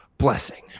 blessing